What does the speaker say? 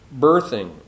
birthing